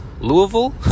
Louisville